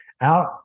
out